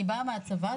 אני באה מהצבא,